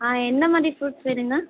ஆ என்ன மாதிரி ஃப்ரூட்ஸ் வேணுங்க